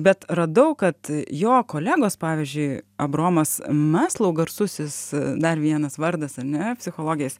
bet radau kad jo kolegos pavyzdžiui abraomas maslau garsusis dar vienas vardas ar ne psichologijos